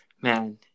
man